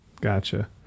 Gotcha